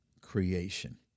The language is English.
creation